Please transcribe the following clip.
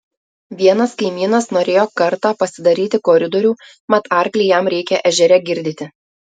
vienas kaimynas norėjo kartą pasidaryti koridorių mat arklį jam reikia ežere girdyti